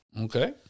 Okay